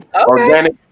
organic